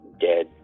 dead